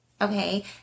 Okay